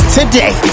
today